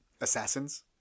Assassins